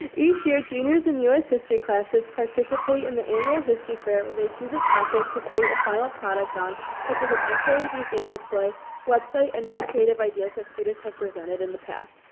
each year juniors in us history classes participate in the annual history fair, where they choose a topic to create a final product on such as an essay, museum display website and more creative ideas that students have presented in the past.